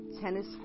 tennis